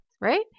right